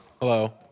Hello